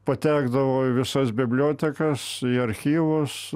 patekdavo į visas bibliotekas archyvus